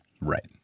right